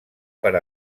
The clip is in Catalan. per